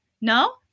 no